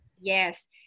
Yes